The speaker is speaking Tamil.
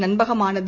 நம்பகமானது